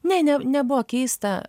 nė nebuvo keista